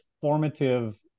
formative